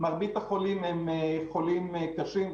מרבית החולים הם חולים קלים,